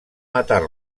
matar